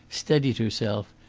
steadied herself,